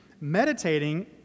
meditating